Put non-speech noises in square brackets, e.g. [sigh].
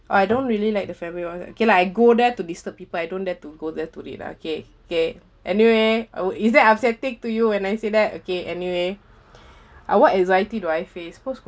I don't really like the family all okay lah I go there to disturb people I don't dare to go there do it lah okay okay anyway I would is that upsetting to you when I say that okay anyway [breath] ah what anxiety do I face